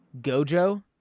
Gojo